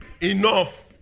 enough